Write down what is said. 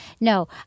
No